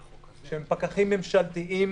שהם פקחים ממשלתיים,